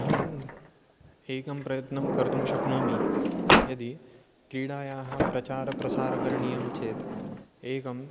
अहम् एकं प्रयत्नं कर्तुं शक्नोमि यदि क्रीडायाः प्रचारः प्रसारः करणीयः चेत् एकं